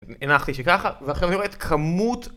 הנחתי שככה ועכשיו אני רואה את כמות